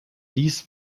dies